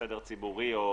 לסדר ציבורי או